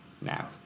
now